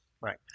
Right